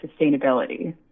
sustainability